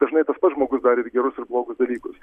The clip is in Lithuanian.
dažnai tas pats žmogus darė ir gerus ir blogus dalykus